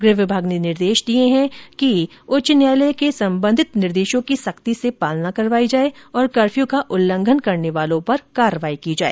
गृह विभाग ने निर्देश दिए हैं कि राजस्थान हाईकोर्ट के संबंधित निर्देशो की सख्ती से पालना करवाई जाए और कफ़्यू का उल्लंघन करने वालों पर कार्रवाई की जाए